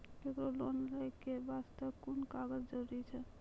केकरो लोन लै के बास्ते कुन कागज जरूरी छै?